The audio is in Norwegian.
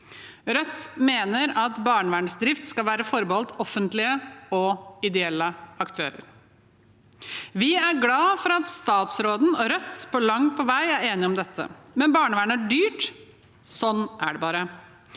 Rødt mener at barnevernsdrift skal være forbeholdt offentlige og ideelle aktører. Vi er glade for at statsråden og Rødt langt på vei er enige om dette. Men barnevern er dyrt, sånn er det bare.